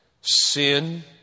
sin